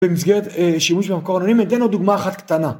במסגרת שימוש במקור הנונים נתן עוד דוגמה אחת קטנה